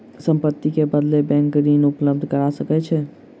संपत्ति के बदले बैंक ऋण उपलब्ध करा सकै छै